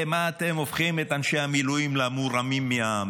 מה אתם הופכים את אנשי המילואים למורמים מעם?